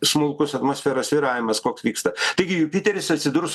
smulkus atmosferos svyravimas koks vyksta taigi jupiteris atsidurs